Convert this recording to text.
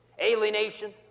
alienation